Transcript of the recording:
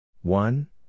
One